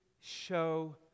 show